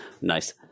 Nice